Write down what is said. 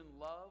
love